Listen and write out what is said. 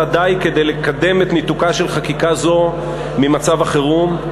די כדי לקדם את ניתוקה של חקיקה זו ממצב החירום,